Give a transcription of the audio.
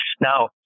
Now